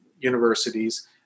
universities